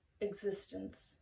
existence